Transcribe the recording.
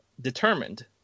determined